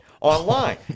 online